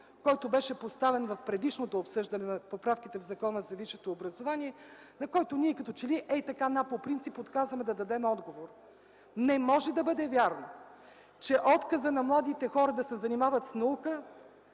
който беше поставен в предишното обсъждане на поправките в Закона за висшето образование, на който ние като че ли ей-така по принцип, отказваме да дадем отговор. Не може да бъде вярно, че отказът на младите хора да се занимават с наука,